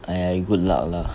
!aiya! you good luck lah